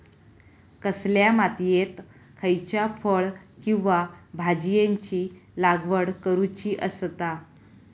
कसल्या मातीयेत खयच्या फळ किंवा भाजीयेंची लागवड करुची असता?